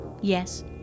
yes